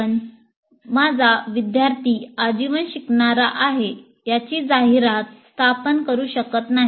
आपण माझा विद्यार्थी आजीवन शिकणारा आहे याची जाहिरात स्थापना करू शकत नाही